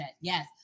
Yes